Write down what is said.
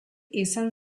izan